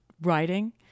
writing